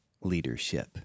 leadership